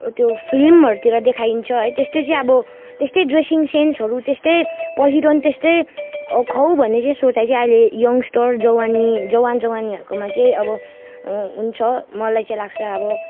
त्यो फिल्महरूतिर देखाइन्छ है त्यस्तै चाहिँ अब त्यस्तै ड्रेसिङ सेन्सहरू त्यस्तै पहिरन त्यस्तै खाऊ भन्ने चाहिँ सोचाइ चाहिँ अहिले यङ्ग्सटर जवानी जवान जवानीहरूकोमा चाहिँ अब हु हुन्छ मलाई चाहिँ लाग्छ अब